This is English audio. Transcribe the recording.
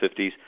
50s